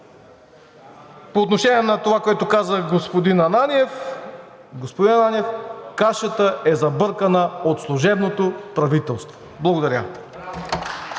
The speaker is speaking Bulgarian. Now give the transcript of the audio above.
по отношение на това, което каза господин Ананиев –господин Ананиев, кашата е забъркана от служебното правителство. Благодаря.